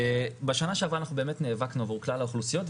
בשנה שעברה אנחנו באמת נאבקנו עבור כלל האוכלוסיות,